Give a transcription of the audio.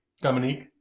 Dominique